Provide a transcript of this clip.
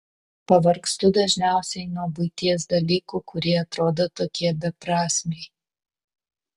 pavargstu dažniausiai nuo buities dalykų kurie atrodo tokie beprasmiai